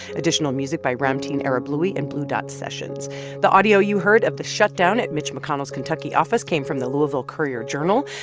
additional music by ramtin arablouei and blue dot sessions the audio you heard of the shutdown at mitch mcconnell's kentucky office came from the louisville courier-journal.